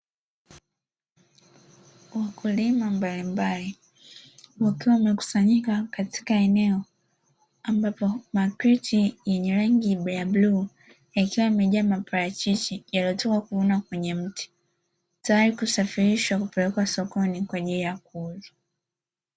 Wakulima mbalimbali wakiwa wamekusanyika katika eneo ambapo makreti yenye rangi ya bluu yakiwa yamejaa maparachichi yaliyotoka kuvunwa kwenye mti, tayari kusafirishwa kupelekwa sokoni kwa ajili ya kuuzwa.